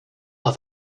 are